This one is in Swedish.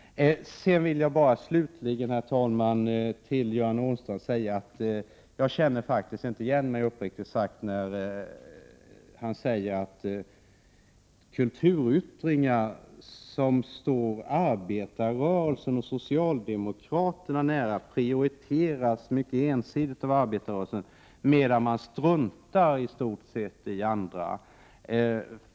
Slutligen vill jag till Göran Åstrand säga att jag faktiskt inte känner igen mig då han säger att kulturyttringar som står arbetarrörelsen och socialdemokraterna nära ensidigt prioriteras av arbetarrörelsen, medan den i stort sett struntar i andra.